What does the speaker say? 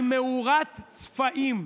היא "מאורת צפעים".